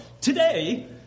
today